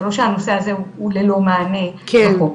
זה לא שהנושא הזה הוא ללא מענה בחוק.